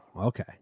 okay